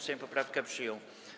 Sejm poprawkę przyjął.